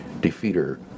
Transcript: defeater